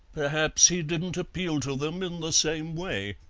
perhaps he didn't appeal to them in the same way,